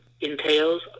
Entails